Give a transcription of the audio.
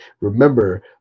remember